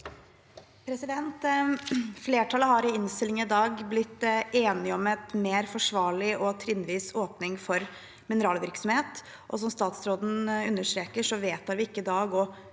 Flertallet har i innstillingen blitt enige om en mer forsvarlig og trinnvis åpning for mineralvirksomhet. Som statsråden understreker, vedtar vi ikke i dag